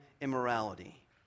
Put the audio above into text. immorality